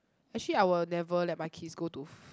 actually I will never let my kids go to ph~